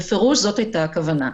בפירוש זאת הייתה הכוונה,